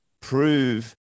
prove